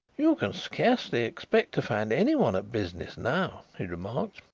you can scarcely expect to find anyone at business now, he remarked.